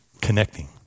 connecting